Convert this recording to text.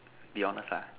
be honest lah